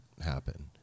happen